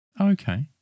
Okay